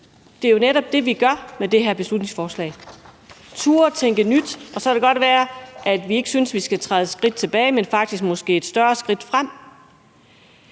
Det er jo netop det, vi gør med det her beslutningsforslag; at turde tænke nyt. Og så kan det godt være, at vi ikke synes, at vi skal træde et skridt tilbage, men måske faktisk træde et større skridt frem.